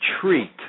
treat